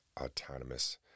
autonomous